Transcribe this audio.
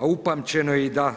A upamćeno je i da